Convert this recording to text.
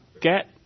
get